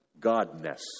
godness